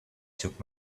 took